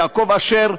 יעקב אשר,